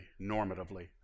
normatively